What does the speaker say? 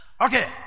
Okay